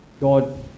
God